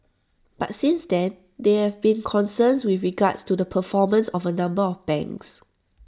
but since then there have been concerns with regards to the performance of A number of banks